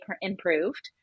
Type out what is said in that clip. improved